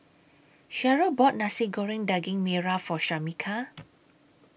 Sherryl bought Nasi Goreng Daging Merah For Shameka